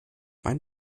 mein